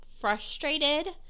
frustrated